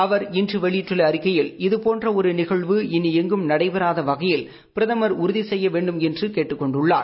அவர் இன்று வெளியிட்டுள்ள அறிக்கையில் இதபோன்ற ஒரு நிகழ்வு இனி எங்கும் நடைபெறாத வகையில் பிரதமர் உறுதி செய்ய வேண்டும் என்று கேட்டுக் கொண்டுள்ளார்